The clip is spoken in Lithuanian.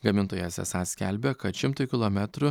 gamintojas esą skelbia kad šimtui kilometrų